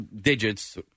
digits